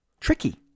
tricky